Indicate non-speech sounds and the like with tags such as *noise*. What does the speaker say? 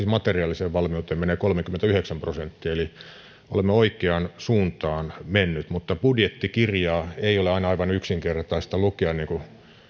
*unintelligible* materiaaliseen valmiuteen menee kolmekymmentäyhdeksän prosenttia eli olemme oikeaan suuntaan menneet budjettikirjaa ei ole aina aivan yksinkertaista lukea niin kuin